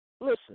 Listen